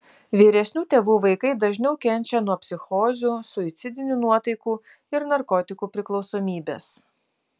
vyresnių tėvų vaikai dažniau kenčia nuo psichozių suicidinių nuotaikų ir narkotikų priklausomybės